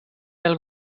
del